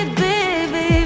baby